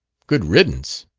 good riddance!